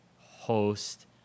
host